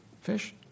fish